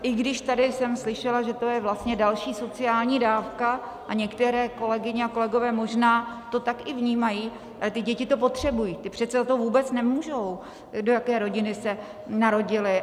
I když jsem tady slyšela, že to je vlastně další sociální dávka, a některé kolegyně a kolegové možná to tak i vnímají, ale ty děti to potřebují, ty přece za to vůbec nemohou, do jaké rodiny se narodily.